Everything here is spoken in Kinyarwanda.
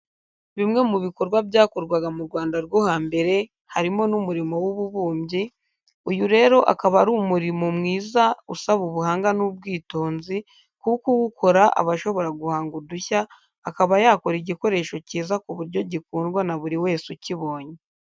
Bimwe mu bikorwa byakorwaga mu Rwanda rwo hambere harimo n’umurimo w’ububumbyi, uyu rero akaba ari umurimo mwiza usaba ubuhanga n’ubwitonzi kuko uwukora aba ashobora guhanga udushya, akaba yakora igikoresho cyiza ku buryo gikundwa na buri wese ukibonye.